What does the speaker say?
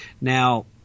Now